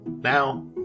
now